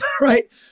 right